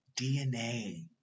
DNA